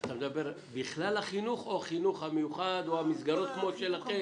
אתה מדבר בכלל החינוך או החינוך המיוחד או המסגרות כמו שלכם?